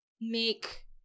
make